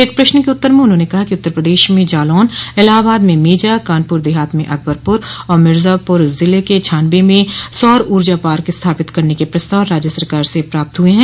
एक प्रश्न के उत्तर में उन्हाने कहा कि उत्तर प्रदेश में जालौन इलाहाबाद में मेजा कानपुर देहात में अकबरपुर और मिर्जापुर जिले में छानबे के सौर ऊर्जा पार्क स्थापित करने के प्रस्ताव राज्य सरकार से प्राप्त हुए है